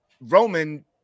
Roman